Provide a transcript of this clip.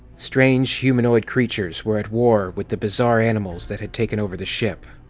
strange humanoid creatures were at war with the bizarre animals that had taken over the ship.